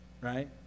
right